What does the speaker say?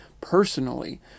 personally